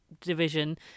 division